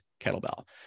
kettlebell